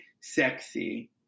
sexy